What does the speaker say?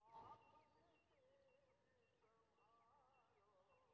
हम शिक्षा के कर्जा के लिय ऑनलाइन आवेदन केना कर सकल छियै?